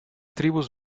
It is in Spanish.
tribus